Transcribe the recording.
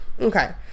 Okay